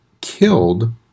killed